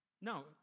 No